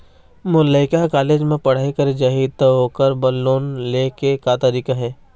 मोर लइका हर कॉलेज म पढ़ई करे जाही, त ओकर बर लोन ले के का तरीका हे?